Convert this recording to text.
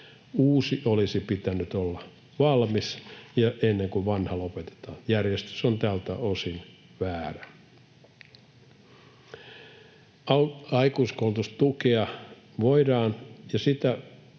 Uuden olisi pitänyt olla valmis jo ennen kuin vanha lopetetaan. Järjestys on tältä osin väärä. Aikuiskoulutustukea voidaan kohdentaa